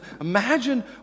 Imagine